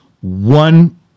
One